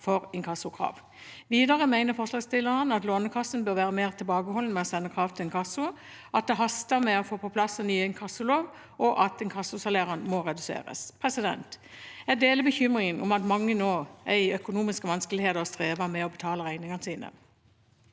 for inkassokrav. Videre mener forslagsstillerne at Lånekassen bør være mer tilbakeholden med å sende krav til inkasso, at det haster med å få på plass en ny inkassolov, og at inkassosalærene må reduseres. Jeg deler bekymringen over at mange nå er i økonomiske vanskeligheter og strever med å betale regningene sine.